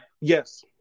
Yes